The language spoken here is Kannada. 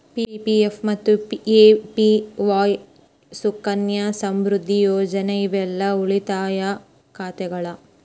ಪಿ.ಪಿ.ಎಫ್ ಮತ್ತ ಎ.ಪಿ.ವಾಯ್ ಸುಕನ್ಯಾ ಸಮೃದ್ಧಿ ಯೋಜನೆ ಇವೆಲ್ಲಾ ಉಳಿತಾಯ ಖಾತೆಗಳ